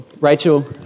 Rachel